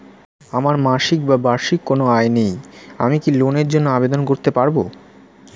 আমার মাসিক বা বার্ষিক কোন আয় নেই আমি কি লোনের জন্য আবেদন করতে পারব?